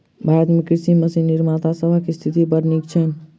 भारत मे कृषि मशीन निर्माता सभक स्थिति बड़ नीक छैन